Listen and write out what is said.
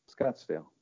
Scottsdale